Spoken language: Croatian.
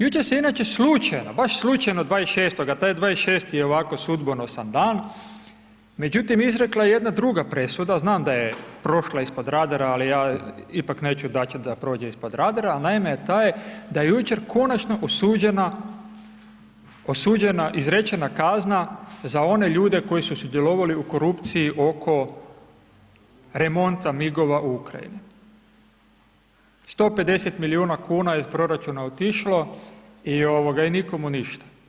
Jučer se inače slučajno, baš slučajno, 26.-oga, taj 26.-ti je ovako sudbonosan dan, međutim izrekla jedna druga presuda, znam da je prošla ispod radara, ali ja ipak neću dati da prođe ispod radara, a naime taj je, da je jučer konačno osuđena, osuđena, izrečena kazna za one ljude koji su sudjelovali u korupciji oko remonta MIG-ova u Ukrajini, 150 milijuna kuna je iz proračuna otišlo, i ovoga, i nikomu ništa.